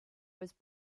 was